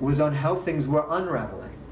was on how things were unraveling.